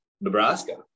Nebraska